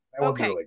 okay